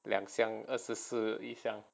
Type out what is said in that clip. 两箱二十四一箱